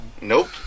Nope